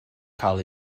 cael